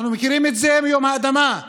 אנחנו מכירים את זה מיום האדמה,